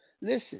Listen